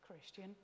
Christian